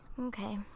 Okay